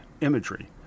imagery